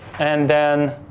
and then,